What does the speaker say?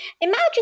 Imagine